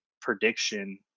prediction